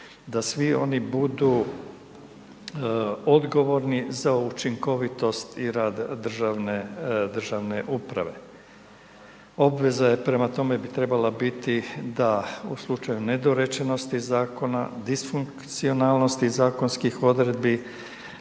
da svi oni budu odgovorni za učinkovitost i rad državne uprave. Obveza prema tome bi trebala biti da u slučaju nedorečenosti Zakona, disfunkcionalnosti zakonskih odredbi